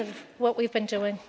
of what we've been doing